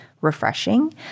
refreshing